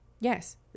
yes